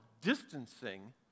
distancing